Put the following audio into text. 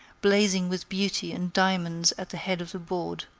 blazing with beauty and diamonds at the head of the board,